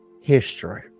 History